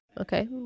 Okay